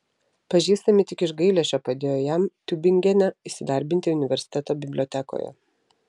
pažįstami tik iš gailesčio padėjo jam tiubingene įsidarbinti universiteto bibliotekoje